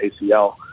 ACL